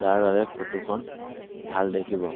যাৰ বাবে ফটোখন ভাল দেখিব